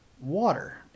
water